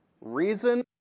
Reason